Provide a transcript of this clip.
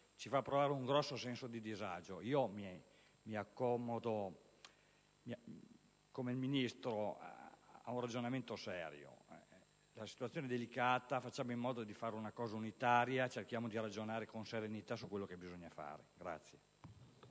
si prova un grosso senso di disagio. Intendo, come il Ministro, fare un ragionamento serio. La situazione è delicata; facciamo in modo di agire unitariamente; cerchiamo di ragionare con serenità su quello che bisogna fare.